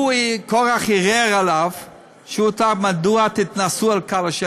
וקורח ערער עליו והוא תהה: "ומדוע תתנשאו על קהל ה",